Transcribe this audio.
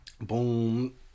boom